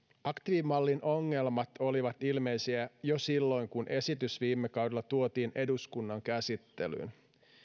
aktiivimallin ongelmat olivat ilmeisiä jo silloin kun esitys viime kaudella tuotiin eduskunnan käsittelyyn